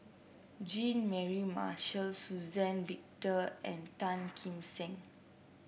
Jean Mary Marshall Suzann Victor and Tan Kim Seng